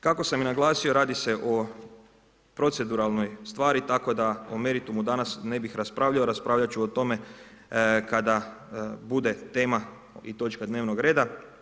Kako sam i naglasio radi se o proceduralnoj stvari da o meritumu danas ne bih raspravljao, raspravljat ću o tome kada bude tema i točka dnevnog reda.